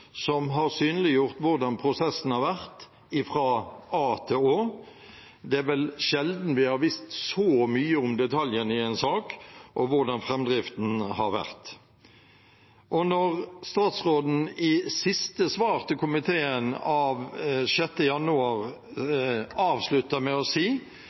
som har synliggjort hvordan prosessen har vært – fra A til Å. Det er vel sjelden vi har visst så mye om detaljene i en sak og hvordan framdriften har vært. Statsråden avslutter i sitt siste svar til komiteen, av 6. januar, med å si: